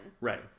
Right